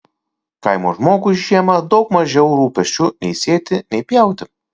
kaimo žmogui žiemą daug mažiau rūpesčių nei sėti nei pjauti